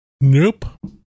Nope